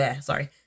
sorry